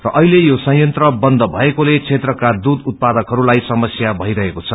र अहिले यो संयन्त्र बन्द भएकोले क्षेत्रका दुष उत्पादहस्ताई समस्या भईरहेको छ